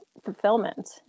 fulfillment